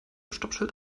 stoppschild